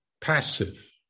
passive